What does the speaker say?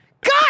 God